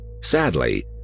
Sadly